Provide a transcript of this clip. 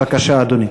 בבקשה, אדוני.